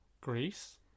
greece